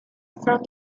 from